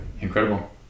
incredible